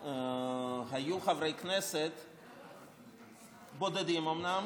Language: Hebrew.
היו חברי כנסת בודדים, אומנם,